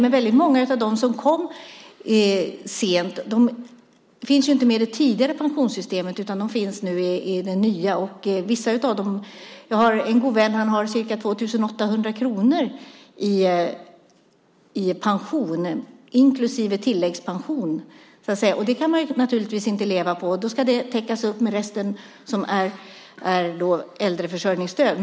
Men väldigt många av dem som har kommit sent finns ju inte med i det tidigare pensionssystemet, utan de finns i det nya. Jag har en god vän som har ca 2 800 kronor i pension inklusive tillläggspension, och det kan man naturligtvis inte leva på. Då ska det täckas upp med resten, som är äldreförsörjningsstöd.